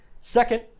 Second